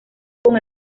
con